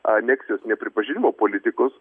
aneksijos nepripažinimo politikos